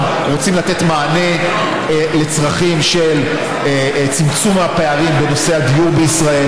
לתת מענה לצרכים של צמצום הפערים בנושא הדיור בישראל.